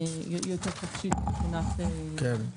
שדות תעופה וטיסות) (תיקון מס' 9),